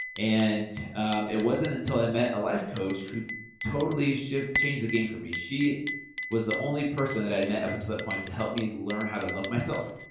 and um it wasn't until i met a life coach who totally changed the game for me. she was the only person that i met up until that point to help me learn how to love myself.